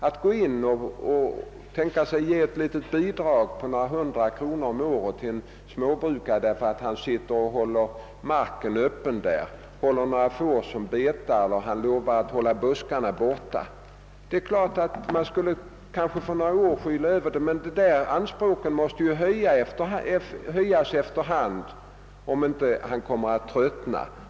Att ge ett litet bidrag på några hundra kronor om året till en småbrukare, därför att han lovar att hålla marken öppen och buskarna borta genom att ha några får som betar där, skulle kanske för några år skyla över situationen. Anspråken måste emellertid komma att höjas efter hand, om han inte skall tröttna.